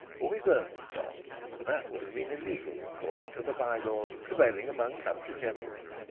or his earths stopped, for that would have been illegal according to the by-laws prevailing among country gentlemen.